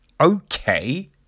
Okay